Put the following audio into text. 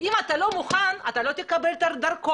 אם אתה לא מוכן אתה לא תקבל דרכון,